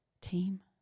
team